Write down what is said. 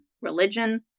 religion